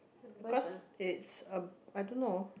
because it's a I don't know